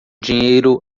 dinheiro